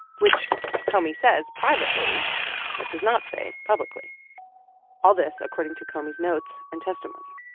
which comey says privately but does not say publicly all this according to comey's notes and testimony.